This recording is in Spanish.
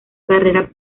carrera